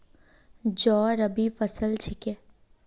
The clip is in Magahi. जौ रबी फसल छिके